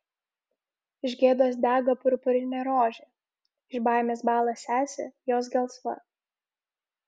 iš gėdos dega purpurinė rožė iš baimės bąla sesė jos gelsva